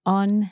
on